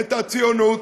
את הציונות,